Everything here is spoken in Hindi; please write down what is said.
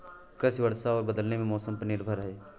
कृषि वर्षा और बदलते मौसम पर निर्भर है